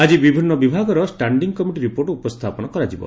ଆଜି ବିଭିନ୍ ବିଭାଗର ଷ୍କାଣ୍ଡି କମିଟି ରିପୋର୍ଟ୍ ଉପସ୍ରାପନ କରାଯିବ